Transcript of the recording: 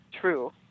true